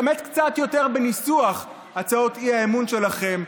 להתאמץ קצת יותר בניסוח הצעות האי-אמון שלכם,